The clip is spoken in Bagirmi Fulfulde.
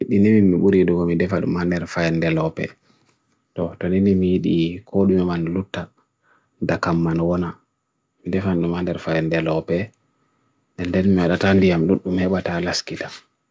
nini mimi mimi buri idu wami defa nmander fa nde lope. toh tani mimi ii di kod mimi man luta. dakam man wana. nini defa nmander fa nde lope. nini mimi aratandi am lut mimi eba taa alaskita.